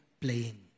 playing